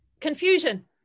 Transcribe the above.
Confusion